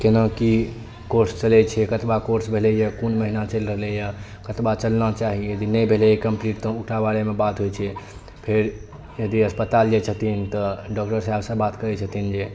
केना की कोर्स चलै छै कतबा कोर्स भेलैया कोन महिना चलि रहलैया कतबा चलना चाही यदि नहि भेलैया कम्पलीट तऽ ओकरा बारे मे बात होइ छै फेर यदि अस्पताल जाय छथिन तऽ डॉक्टर साहब सऽ बात करै छथिन जे